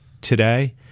today